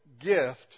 gift